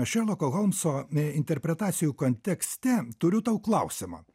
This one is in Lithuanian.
šerloko holmso interpretacijų kontekste turiu tau klausimą